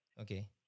okay